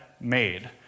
made